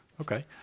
Okay